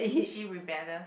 is she rebellious